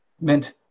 meant